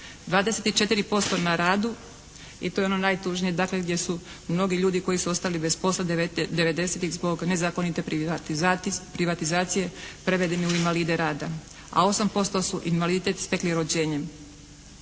24% na radu i to je ono najtužnije dakle, gdje su mnogi ljudi koji su ostali bez posla '90. zbog nezakonite privatizacije prevedeni u invalide rada. A 8% su invaliditet stekli rođenjem.